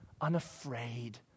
unafraid